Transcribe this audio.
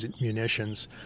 munitions